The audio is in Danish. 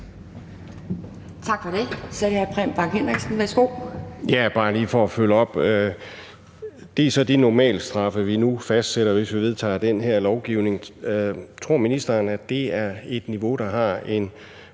Tak for det.